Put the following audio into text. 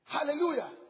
Hallelujah